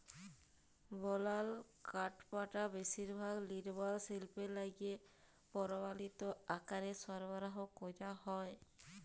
বলাল কাঠপাটা বেশিরভাগ লিরমাল শিল্পে লাইগে পরমালিত আকারে সরবরাহ ক্যরা হ্যয়